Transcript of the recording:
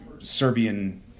Serbian